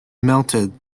melted